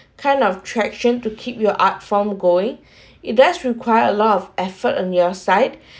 kind of traction to keep your art form going it does require a lot of effort on your side